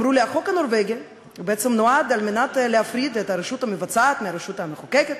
אמרו לי: החוק הנורבגי בעצם נועד להפריד את הרשות המבצעת מהרשות המחוקקת